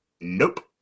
nope